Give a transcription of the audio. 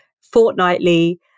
fortnightly